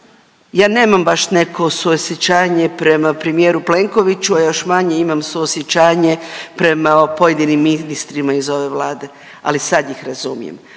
ja nemam baš neko suosjećanje prema premijeru Plenkoviću, a još manje imam suosjećanje prema pojedinim ministrima iz ove Vlade, ali sad ih razumijem.